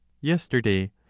yesterday